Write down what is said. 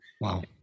Wow